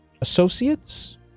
associates